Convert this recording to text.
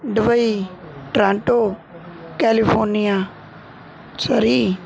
Dubai Toronto California Surrey